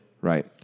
Right